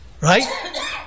Right